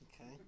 Okay